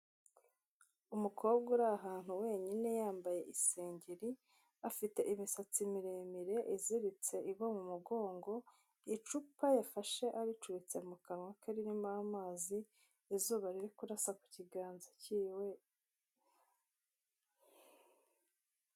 Umukobwa uri ahantu wenyine yambaye isengeri, afite imisatsi miremire iziritse igwa mu mugongo, icupa yafashe aricutse mu kanwa ke, ririmo amazi izuba ri kurasa ku kiganza kiwe.